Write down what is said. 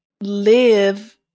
live